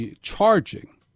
charging